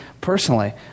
personally